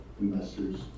investors